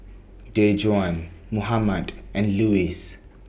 Dejuan Mohammed and Luis